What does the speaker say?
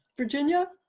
virginia